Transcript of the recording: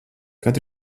kad